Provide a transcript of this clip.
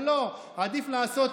אבל לא, עדיף לעשות